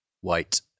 white